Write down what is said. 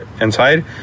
Inside